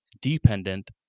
dependent